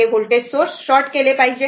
voltage source short केले पाहिजे